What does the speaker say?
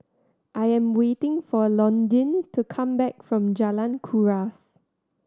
I am waiting for Londyn to come back from Jalan Kuras